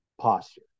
posture